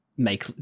Make